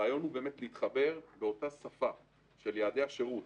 הרעיון הוא להתחבר באותה שפה של יעדי השירות